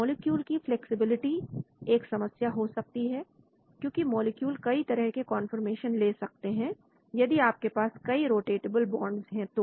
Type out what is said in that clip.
molecule की flexibility एक समस्या हो सकती है क्योंकि मॉलिक्यूल कई तरह के कन्फर्मेशन ले सकते हैं यदि आपके पास कई रोटेटेबल बॉन्ड्स है तो